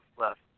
left